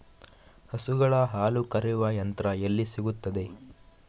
ಹಸುಗಳ ಹಾಲು ಕರೆಯುವ ಯಂತ್ರ ಎಲ್ಲಿ ಸಿಗುತ್ತದೆ?